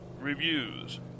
reviews